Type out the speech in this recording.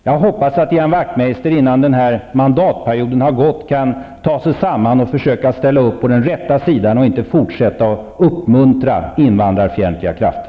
Jag hoppas att Ian Wachtmeister innan denna mandatperiod har gått kan ta sig samman och ställa upp på den rätta sidan och inte fortsätta att uppmuntra invandrarfienliga krafter.